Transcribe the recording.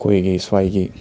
ꯑꯩꯈꯣꯏꯒꯤ ꯁ꯭ꯋꯥꯏꯒꯤ